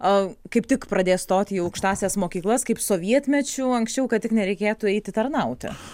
a kaip tik pradės stoti į aukštąsias mokyklas kaip sovietmečiu anksčiau kad tik nereikėtų eiti tarnauti